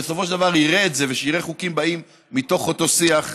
שבסופו של דבר יראה את זה ויראה חוקים שבאים מתוך אותו שיח,